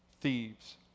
Thieves